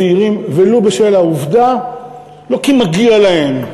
בצעירים, ולו בשל העובדה, לא כי מגיע להם,